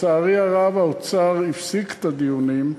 לצערי הרב, האוצר הפסיק את הדיונים,